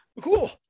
Cool